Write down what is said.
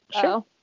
sure